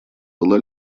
была